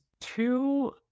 two